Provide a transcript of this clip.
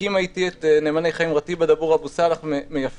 הקימה איתי את "נאמני חיים" רתיבה דבור עלי סאלח מיפיע.